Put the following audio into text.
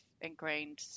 ingrained